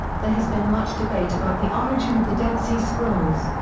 there has been much debate about the origin of the dead sea scrolls.